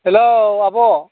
hello आब'